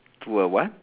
to a what